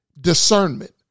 discernment